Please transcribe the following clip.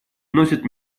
носит